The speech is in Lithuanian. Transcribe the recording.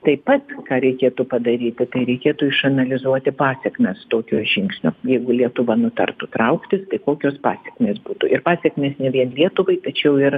taip pat ką reikėtų padaryti tai reikėtų išanalizuoti pasekmes tokio žingsnio jeigu lietuva nutartų trauktis tai kokios pasekmės būtų ir pasekmės ne vien lietuvai tačiau ir